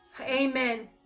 Amen